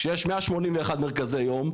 שיש 181 מרכזי יום,